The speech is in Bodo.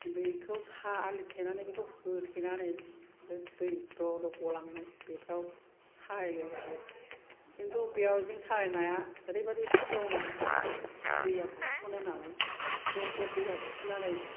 बेखौ आलि थेनानै बेखौ होथेनानै दै ज्र ज्रय गलांनाय बेफोराव सायो आरोखि खिन्थु बेयाव जों सानाय नाया ओरैबादि सेवनानै थाजोबो दैया बुसनो नालाय स' स' दैया बुसननानै